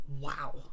wow